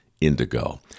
indigo